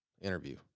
interview